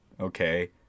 okay